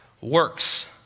works